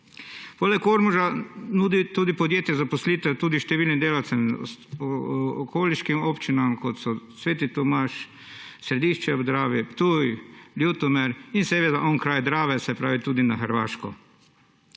Poleg iz Ormoža nudi podjetje zaposlitev tudi številnim delavcem iz okoliških občin, kot so Sveti Tomaž, Središče ob Dravi, Ptuj, Ljutomer, in seveda onkraj Drave, se pravi tudi na Hrvaškem.